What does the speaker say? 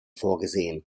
vorgesehen